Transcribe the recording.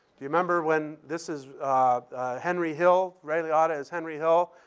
do you remember when this is henry hill. ray liotta as henry hill.